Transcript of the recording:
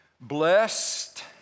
Blessed